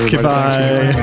Goodbye